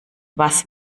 was